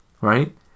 Right